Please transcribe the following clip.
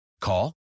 Call